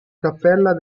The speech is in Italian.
cappella